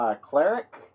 cleric